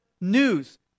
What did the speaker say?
news